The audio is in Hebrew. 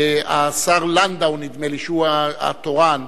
השר לנדאו, נדמה לי, שהוא התורן.